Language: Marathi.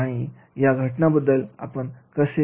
आणि या घटनांबद्दल आपण कसे